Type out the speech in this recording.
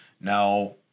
now